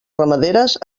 ramaderes